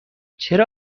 چرا